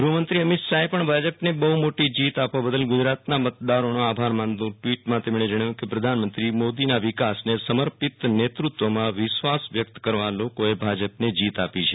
ગૂહમંત્રી અમિત શાહે પણ ભાજપને બહુ મોટી જીત આપવા બદલ ગુજરાતના મતદારોનો આભાર માનતું ટ્વીટમાં તેમણે જણાવ્યું કે પ્રધાનમંત્રી મોદીના વિકાસને સમર્પીત નેતૃતવમાં વિશ્વાસ વ્યક્ત કરવા લોકોએ ભાજપને જીત આપી છે